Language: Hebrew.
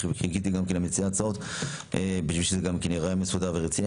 חיכיתי למציעי ההצעות כדי שזה ייראה מסודר ורציני.